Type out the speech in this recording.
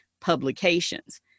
publications